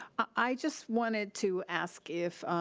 i just wanted to ask if,